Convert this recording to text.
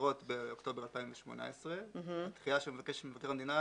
בבחירות באוקטובר 2018. הדחייה שמבקש מבקר המדינה,